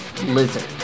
lizard